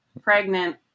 pregnant